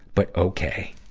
but okay.